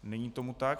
Není tomu tak.